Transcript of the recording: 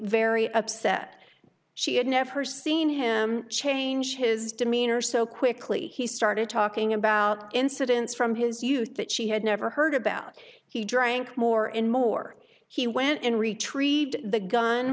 very upset she had never seen him change his demeanor so quickly he started talking about incidents from his youth that she had never heard about he drank more and more he went and retrieved the gun